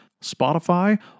Spotify